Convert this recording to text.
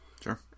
Sure